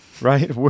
right